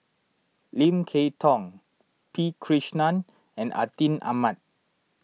Lim Kay Tong P Krishnan and Atin Amat